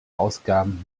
ausgaben